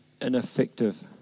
ineffective